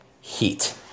heat